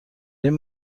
این